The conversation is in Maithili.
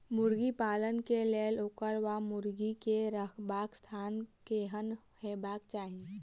मुर्गी पालन केँ लेल ओकर वा मुर्गी केँ रहबाक स्थान केहन हेबाक चाहि?